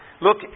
Look